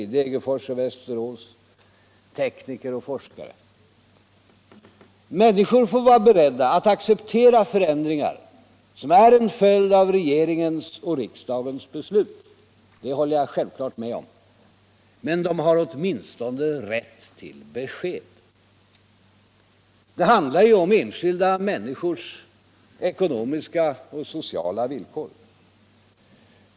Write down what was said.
i Degerfors och i Västerås samt tekniker och forskare. Jag håller sjätvfallet med om att människor får vara beredda alt acceptera förändringar som är en följd av regeringens och riksdagens beslut. Men de har åtminstone rätt till besked. Det handlar ju om enskilda människors ekonomiska och sociala villkor.